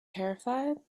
terrified